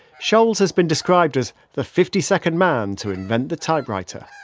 sholes has been described as the fifty second man to invent the typewriter,